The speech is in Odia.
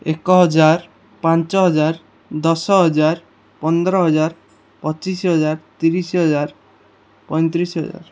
ଏକ ହଜାର ପାଞ୍ଚ ହଜାର ଦଶ ହଜାର ପନ୍ଦର ହଜାର ପଚିଶ ହଜାର ତିରିଶ ହଜାର ପଇଁତିରିଶ ହଜାର